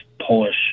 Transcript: polish